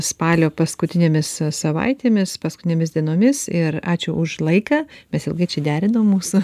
spalio paskutinėmis savaitėmis paskutinėmis dienomis ir ačiū už laiką mes ilgai čia derinom mūsų